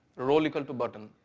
role equal to button,